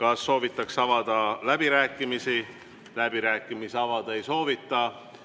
Kas soovitakse avada läbirääkimised? Läbirääkimisi avada ei soovita.